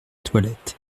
toilette